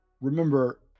remember